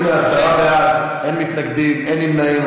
הנה, עשרה בעד, אין מתנגדים, אין נמנעים.